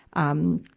um,